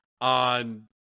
on